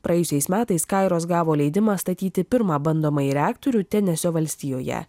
praėjusiais metais kairos gavo leidimą statyti pirmą bandomąjį reaktorių tenesio valstijoje